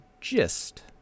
gist